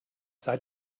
seit